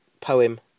poem